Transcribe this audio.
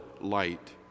light